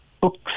books